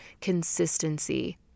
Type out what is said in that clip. consistency